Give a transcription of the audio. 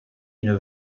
une